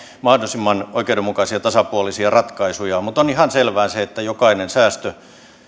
mahdollisimman oikeudenmukaisia ja tasapuolisia ratkaisuja mutta on ihan selvää se että jokainen säästö